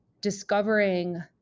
discovering